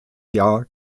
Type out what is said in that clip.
jahr